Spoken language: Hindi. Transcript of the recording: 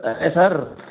अरे सर